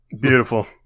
Beautiful